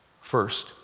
First